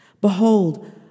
behold